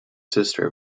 sister